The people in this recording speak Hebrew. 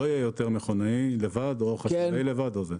לא יהיה יותר מכונאי לבד או חשמלאי לבד.